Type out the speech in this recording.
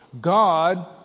God